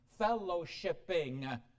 fellowshipping